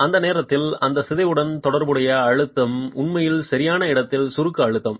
அந்த நேரத்தில் அந்த சிதைவுடன் தொடர்புடைய அழுத்தம் உண்மையில் சரியான இடத்தில் சுருக்க அழுத்தம்